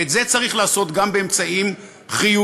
ואת זה צריך לעשות גם באמצעים חיוביים,